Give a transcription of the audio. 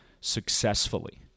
successfully